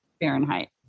Fahrenheit